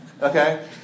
Okay